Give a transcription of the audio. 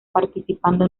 participando